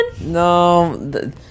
No